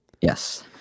Yes